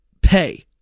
pay